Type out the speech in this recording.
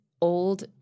old –